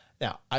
Now